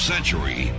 century